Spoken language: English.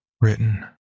Written